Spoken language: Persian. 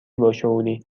باشعوری